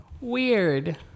weird